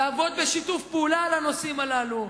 לעבוד בשיתוף פעולה על הנושאים הללו.